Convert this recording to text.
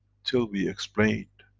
till we explained,